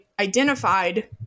identified